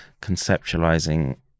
conceptualizing